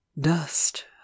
dust